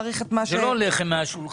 לא מדובר על הלחם שעל השולחן,